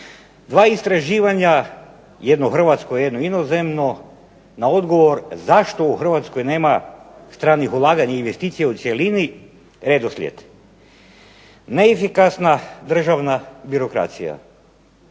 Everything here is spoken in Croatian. dva istraživanja, jedno hrvatsko, jedno inozemno, na odgovor zašto u Hrvatskoj nema stranih ulaganja i investicija u cjelini, redoslijed neefikasna državna birokracija,